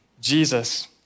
Jesus